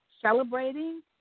celebrating